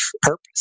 purpose